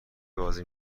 بازی